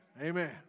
Amen